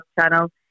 channel